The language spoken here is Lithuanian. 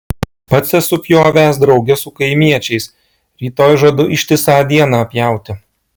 pats esu pjovęs drauge su kaimiečiais rytoj žadu ištisą dieną pjauti